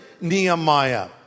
Nehemiah